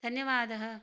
धन्यवादः